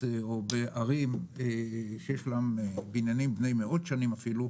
בערים שיש להן בניינים בני מאות שנים אפילו,